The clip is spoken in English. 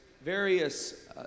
various